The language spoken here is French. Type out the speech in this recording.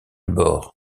bord